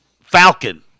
Falcon